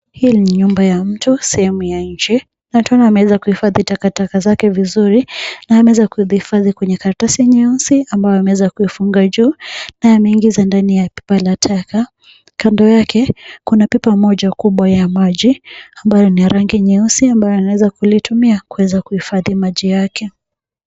Hii ni nyumba ya mtu, sehemu ya nje na tunaona ameweza kuhifadhi takataka zake vizuri na ameweza kuzihifadhi kwenye karatasi nyeusi ambayo ameweza kuifunga juu na ameiingiza ndani ya pipa la taka. Kando yake kuna pipa moja kubwa ya maji ambayo ni ya rangi nyeusi ambayo anaweza kulitumia kuweza kuhifadhi maji yake.